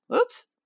Oops